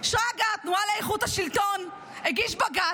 שרגא, התנועה לאיכות השלטון, הגיש בג"ץ.